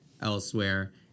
elsewhere